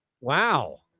Wow